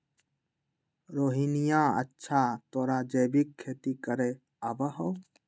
रोहिणीया, अच्छा तोरा जैविक खेती करे आवा हाउ?